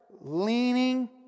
leaning